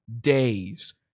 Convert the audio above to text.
days